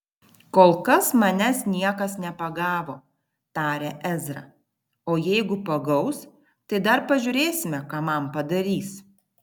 kol kas manęs niekas nepagavo tarė ezra o jeigu pagaus tai dar pažiūrėsime ką man padarys